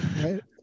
Right